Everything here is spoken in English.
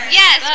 yes